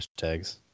hashtags